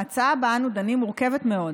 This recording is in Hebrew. ההצעה שבה אנו דנים מורכבת מאוד,